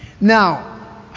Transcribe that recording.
Now